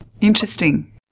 Interesting